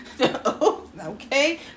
Okay